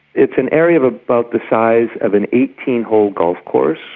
it's an area of about the size of an eighteen hole golf course,